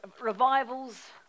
Revivals